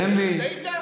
טעית?